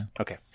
Okay